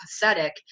pathetic